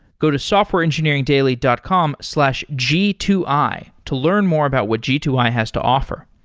go to softwareengineeringdaily dot com slash g two i to learn more about what g two i has to offer,